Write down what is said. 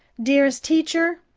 dearest teacher,